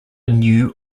new